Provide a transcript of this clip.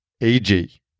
A-G